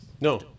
No